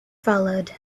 followed